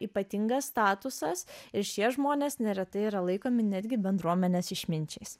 ypatingas statusas ir šie žmonės neretai yra laikomi netgi bendruomenės išminčiais